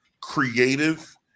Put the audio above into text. creative